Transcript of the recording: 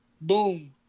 Boom